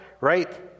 right